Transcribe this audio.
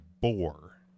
boar